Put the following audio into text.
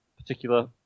particular